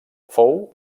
fou